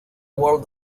world